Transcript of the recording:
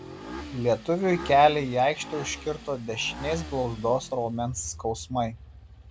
lietuviui kelią į aikštę užkirto dešinės blauzdos raumens skausmai